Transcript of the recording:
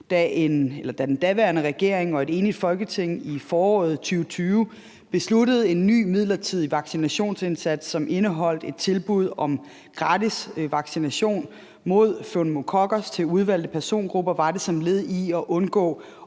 Da den daværende regering og et enigt Folketinget i foråret 2020 besluttede en ny midlertidig vaccinationsindsats, som indeholdt en tilbud om gratis vaccination mod pneumokokker til udvalgte persongrupper, var det som led i at undgå